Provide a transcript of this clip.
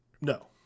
No